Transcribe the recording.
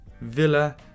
Villa